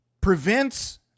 prevents